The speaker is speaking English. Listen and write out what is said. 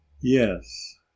Yes